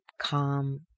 calm